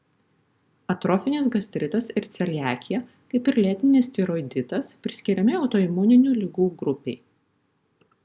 atrofinis gastritas ir celiakija kaip ir lėtinis tiroiditas priskiriami autoimuninių ligų grupei